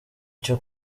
cyo